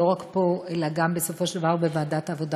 לא רק פה אלא בסופו של דבר גם בוועדת העבודה,